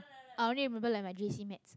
i only remember like my j_c maths